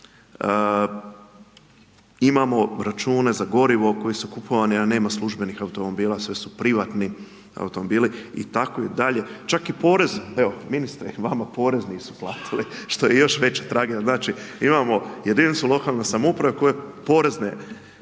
Imamo račune za gorivo koje su kupovani, a nema službenih automobila sve su privatni automobili i takvi dalje, čak i porez, evo ministre, vama porez nisu platiti, što je još veća tragedija. Znači imamo jedinicu lokalne samouprave koje porezne